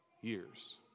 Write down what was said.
years